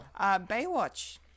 Baywatch